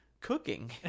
cooking